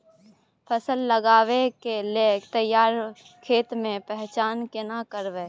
फसल लगबै के लेल तैयार खेत के पहचान केना करबै?